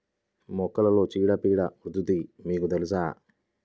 మొక్కలలో చీడపీడల ఉధృతి మీకు తెలుసా?